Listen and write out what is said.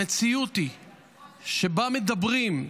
המציאות שבה מדברים,